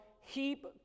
heap